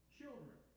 children